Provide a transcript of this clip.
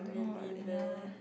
really meh